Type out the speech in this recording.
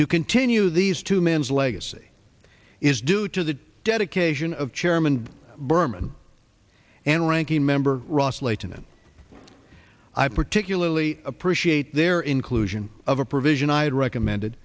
to continue these two men's legacy is due to the dedication of chairman berman and ranking member ross layton and i particularly appreciate their inclusion of a provision i had recommended